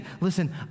listen